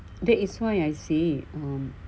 that is why I say